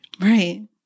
Right